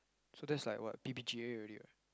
so that's like what P_P_G_A already [what]